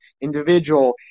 individual